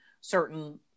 certain